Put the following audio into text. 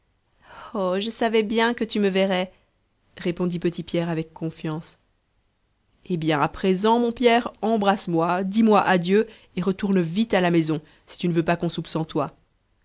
oh je savais bien que tu me verrais répondit petit pierre avec confiance eh bien à présent mon pierre embrasse-moi dis moi adieu et retourne vite à la maison si tu ne veux pas qu'on soupe sans toi